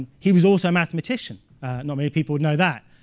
he was also a mathematician not many people know that.